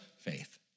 faith